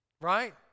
right